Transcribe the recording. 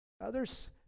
Others